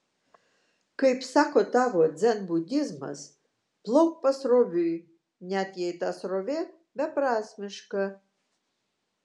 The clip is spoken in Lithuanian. kaip sako tavo dzenbudizmas plauk pasroviui net jei ta srovė beprasmiška